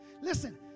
Listen